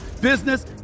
business